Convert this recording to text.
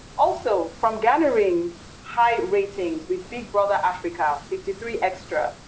also, from garnering high ratings with big brother africa, fifty three extra,